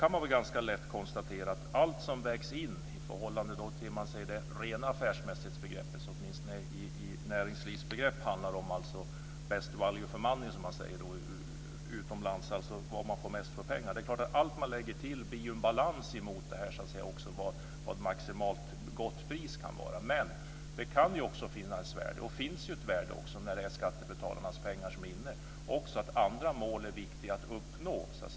Man kan ganska lätt konstatera att allt det här vägs in i förhållande till den rena affärsmässigheten, som åtminstone i näringslivsbegrepp handlar om best value for money, som man säger utomlands, dvs. var man får mest för pengarna. Det är klart att allt som man lägger till blir en balans mot det här med vad ett maximalt gott pris kan vara. Men det kan också finnas, och det finns, ett värde när det handlar om skattebetalarnas pengar som handlar om att andra mål är viktiga att uppnå.